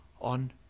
on